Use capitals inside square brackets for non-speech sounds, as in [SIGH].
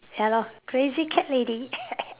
ya lah crazy cat lady [COUGHS]